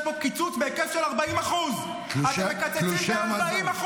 בו קיצוץ בהיקף של 40%. תלושי המזון.